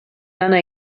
lana